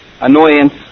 annoyance